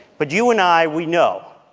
but you and i, we know,